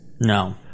no